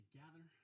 gather